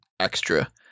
extra